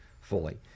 fully